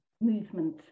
movement